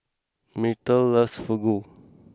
Myrtle loves Fugu